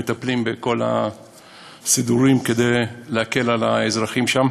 מטפלים בכל הסידורים כדי להקל על האזרחים שם.